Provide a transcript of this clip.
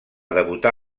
debutar